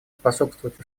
способствовать